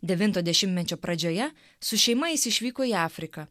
devinto dešimtmečio pradžioje su šeima jis išvyko į afriką